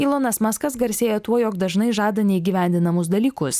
ylonas maskas garsėja tuo jog dažnai žada neįgyvendinamus dalykus